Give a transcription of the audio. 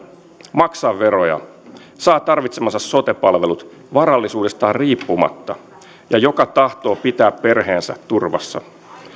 maksaa veroja ja saada tarvitsemansa sote palvelut varallisuudestaan riippumatta ja joka tahtoo pitää perheensä turvassa